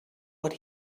what